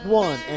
one